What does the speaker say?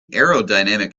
aerodynamic